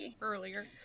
earlier